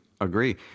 agree